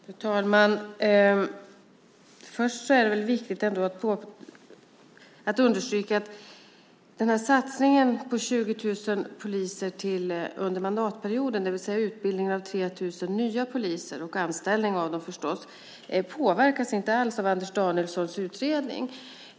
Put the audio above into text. Fru talman! Först är det viktigt att understryka att satsningen på 20 000 poliser till under mandatperioden, det vill säga utbildningen av 3 000 nya poliser och förstås anställning av dem, inte alls påverkas av Anders Danielssons utredning.